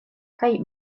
kaj